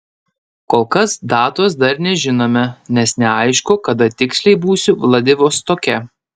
kol kas datos dar nežinome nes neaišku kada tiksliai būsiu vladivostoke